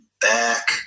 back